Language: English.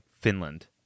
Finland